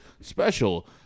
special